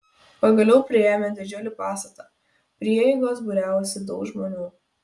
pagaliau priėjome didžiulį pastatą prie įeigos būriavosi daug žmonių